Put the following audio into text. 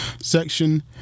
section